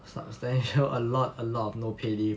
substantial a lot a lot of no pay leave